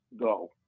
go